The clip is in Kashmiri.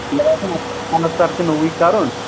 تہِ نوٚوُے کرُن